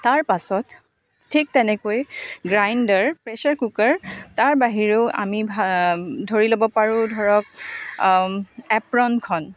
তাৰপাছত ঠিক তেনেকৈ গ্ৰাইণ্ডাৰ প্ৰেছাৰ কুকাৰ তাৰ বাহিৰেও আমি ভা ধৰি ল'ব পাৰোঁ ধৰক এপ্ৰনখন